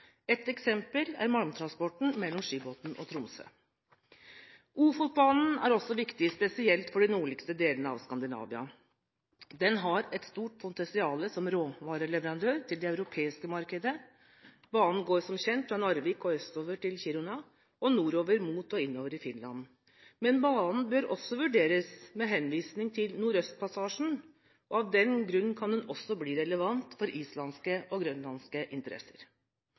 Et eksempel er malmtransporten mellom Skibotn og Tromsø. Ofotbanen er også viktig, spesielt for de nordligste delene av Skandinavia. Den har et stort potensial som råvareleverandør til det europeiske markedet. Banen går som kjent fra Narvik og østover til Kiruna og nordover mot og innover i Finland. Men banen bør også vurderes med henvisning til Nordøstpassasjen, og av den grunn kan den også bli relevant for islandske og grønlandske interesser.